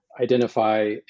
identify